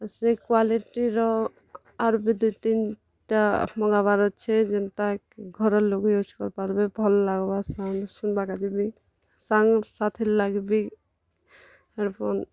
ସେ କ୍ୱାଲିଟିର ଆର୍ ବି ଦୁଇ ତିନ୍ ଟା ମଗାବାର୍ ଅଛେ ଯେନ୍ଟା ଘରର୍ ଲୋକ୍ ୟୁଜ୍ କରିପାର୍ବେ ଭଲ୍ ଲାଗ୍ବା ସାଉଣ୍ତ୍ ଶୁନ୍ବାର୍ କା'ଯେ ବି ସାଙ୍ଗ୍ ସାଥିର୍ ଲାଗି ବି ହେଡ଼୍ଫୋନ୍